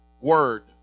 word